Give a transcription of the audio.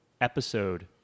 episode